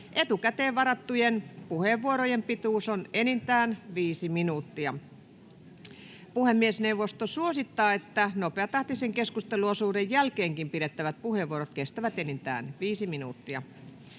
Etukäteen varattujen puheenvuorojen pituus on enintään viisi minuuttia. Puhemiesneuvosto suosittaa, että nopeatahtisen keskusteluosuuden jälkeenkin pidettävät puheenvuorot kestävät enintään viisi minuuttia.